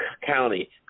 county